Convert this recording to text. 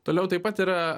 toliau taip pat yra